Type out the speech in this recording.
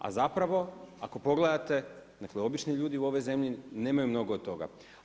A zapravo ako pogledate obični ljudi u ovoj zemlji nemaju mnogo od toga.